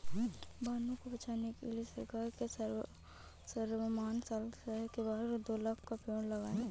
वनों को बचाने के लिए सरकार ने वर्तमान साल में शहर के बाहर दो लाख़ पेड़ लगाए हैं